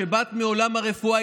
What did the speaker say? שבאת מעולם הרפואה,